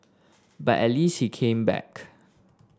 but at least he came back